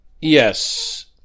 Yes